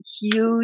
huge